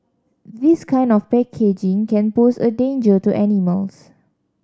this kind of packaging can pose a danger to animals